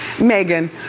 Megan